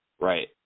Right